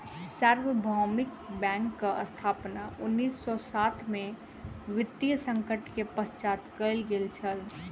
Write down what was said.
सार्वभौमिक बैंकक स्थापना उन्नीस सौ सात के वित्तीय संकट के पश्चात कयल गेल छल